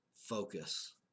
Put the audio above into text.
focus